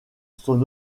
son